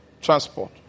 Transport